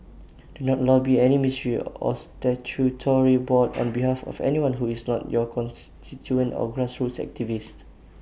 do not lobby any ministry or statutory board on behalf of anyone who is not your constituent or grassroots activist